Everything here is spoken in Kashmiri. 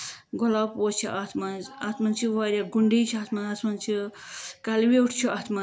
گۄلاب پوش چھِ اَتھ منٛز اَتھ منٛز چھِ واریاہ گُنڑی چھِ اَتھ منٛز اَتھ منٛز چھِ کَلہٕ وِیوٚٹھ چھِ اَتھ منٛز